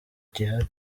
gihari